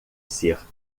ser